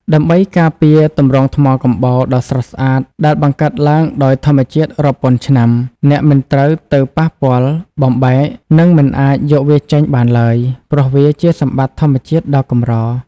ដើម្បីការពារទម្រង់ថ្មកំបោរដ៏ស្រស់ស្អាតដែលបង្កើតឡើងដោយធម្មជាតិរាប់ពាន់ឆ្នាំ អ្នកមិនត្រូវទៅប៉ះពាល់ បំបែក និងមិនអាចយកវាចេញបានឡើយ ព្រោះវាជាសម្បត្តិធម្មជាតិដ៏កម្រ។